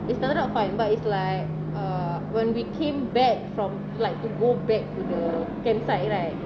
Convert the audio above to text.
it started out fine but it's like err when we came back from like to go back to the campsite right